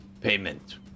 Payment